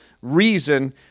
reason